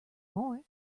more